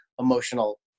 emotional